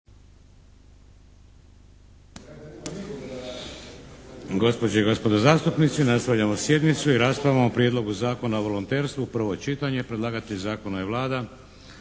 Gospođe i gospodo zastupnici! Nastavljamo sjednicu i raspravljamo o - Prijedlog zakona o volonterstvu - prvo čitanje, P.Z. br. 565 Predlagatelj zakona je Vlada.